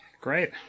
great